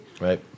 Right